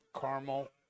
caramel